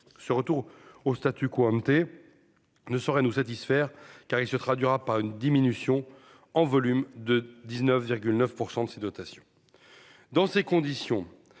ce retour au statu quo ante ne saurait nous satisfaire car il se traduira par une diminution en volume de 19,9 % de ses dotations dans ces conditions,